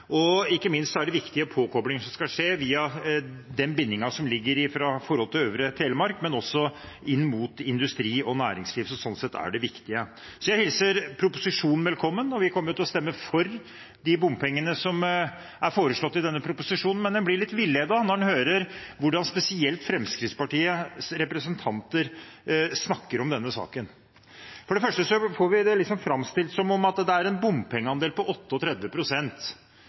og ikke minst er det viktige påkoblinger som skal skje via bindingen som ligger fra øvre Telemark, men også inn mot industri og næringsliv, og slik sett er det viktig. Jeg hilser proposisjonen velkommen. Vi kommer til å stemme for de bompengene som er foreslått i proposisjonen, men en blir litt villedet når en hører hvordan spesielt Fremskrittspartiets representanter snakker om denne saken. For det første får vi det framstilt som om det er en bompengeandel på